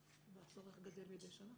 והצורך גדל מדי שנה.